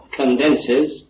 condenses